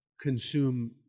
consume